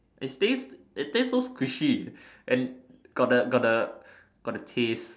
it tastes it tastes so squishy and got the got the got the taste